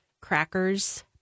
crackers